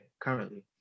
currently